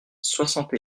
soixante